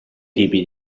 tipi